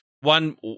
One